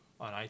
on